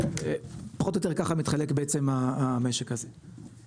ופחות או יותר ככה מתחלק בעצם המשק הזה.